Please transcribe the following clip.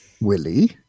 Willie